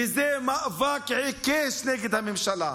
וזה מאבק עיקש נגד הממשלה.